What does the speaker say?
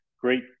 great